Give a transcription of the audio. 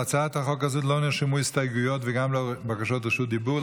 להצעת החוק הזאת לא נרשמו הסתייגויות וגם לא בקשות רשות דיבור.